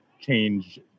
change